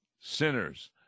sinners